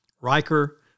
Riker